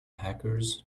hackers